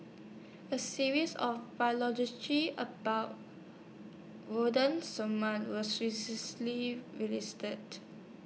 A series of about wooden